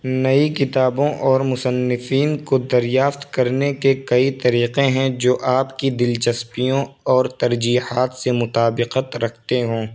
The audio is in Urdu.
نئی کتابوں اور مصنفین کو دریافت کرنے کے کئی طریقے ہیں جو آپ کی دلچسپیوں اور ترجیحات سے مطابقت رکھتے ہوں